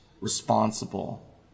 responsible